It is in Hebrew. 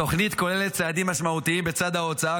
התוכנית כוללת צעדים משמעותיים בצד ההוצאה,